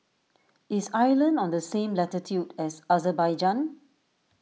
is Ireland on the same latitude as Azerbaijan